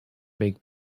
make